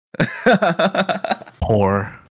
poor